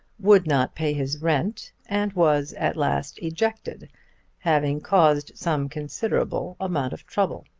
would not pay his rent, and was at last ejected having caused some considerable amount of trouble.